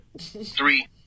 Three